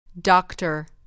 Doctor